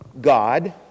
God